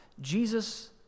Jesus